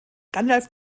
gandalf